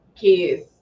kids